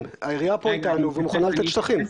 העירייה פה אתנו והיא מוכנה לתת שטחים.